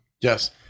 Yes